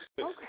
okay